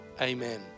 Amen